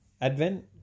Advent